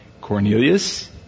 Cornelius